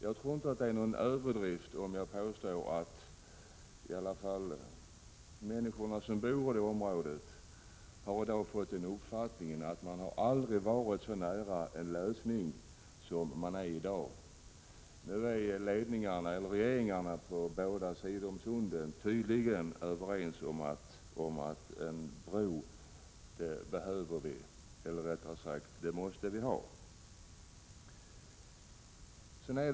Jag tror inte det är någon överdrift att påstå att åtminstone de människor som bor i området har fått den uppfattningen att man aldrig varit så nära en lösning som man är i dag. Nu är regeringarna på båda sidor om sundet tydligen överens om att en bro behövs, eller rättare sagt att vi måste ha en bro.